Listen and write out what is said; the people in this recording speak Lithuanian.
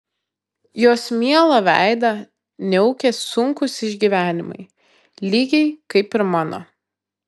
jos mielą veidą niaukia sunkūs išgyvenimai lygiai kaip ir mano